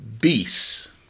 beasts